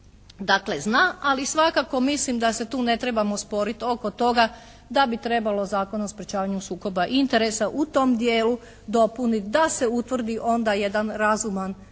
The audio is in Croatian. Dakle, zna ali svakako mislim da se tu ne trebamo sporit oko toga da bi trebalo Zakon o sprječavanju sukoba interesa u tom dijelu dopuniti da se utvrdi onda jedan razuman vrijednosni